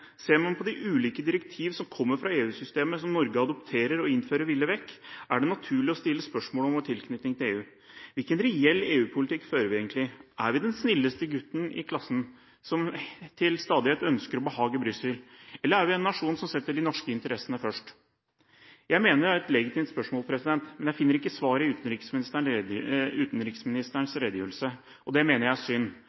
ser man på de ulike direktiv som kommer fra EU-systemet, som Norge adopterer og innfører villig vekk, er det naturlig å stille spørsmål ved vår tilknytning til EU. Hvilken reell EU-politikk fører vi egentlig? Er vi den snilleste gutten i klassen, som til stadighet ønsker å behage Brussel, eller er vi en nasjon som setter de norske interessene først? Jeg mener det er legitime spørsmål, men jeg finner ikke svar i